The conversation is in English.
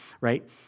right